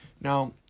Now